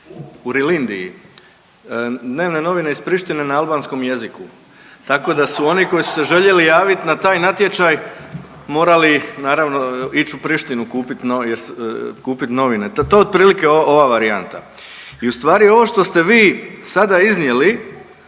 u Rilindji, dnevne novine iz Prištine na albanskom jeziku. Tako da su oni koji su se željeli javiti na taj natječaj morali ići naravno u Prištinu kupiti jer se, kupit novine to je otprilike ova varijanta. I u stvari ovo što ste vi sada iznijeli